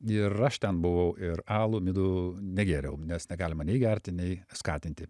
ir aš ten buvau ir alų midų negėriau nes negalima nei gerti nei skatinti